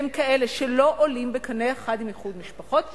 הם כאלה שלא עולים בקנה אחד עם איחוד משפחות,